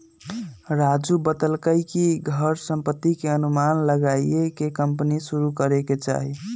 राजू बतलकई कि घर संपत्ति के अनुमान लगाईये के कम्पनी शुरू करे के चाहि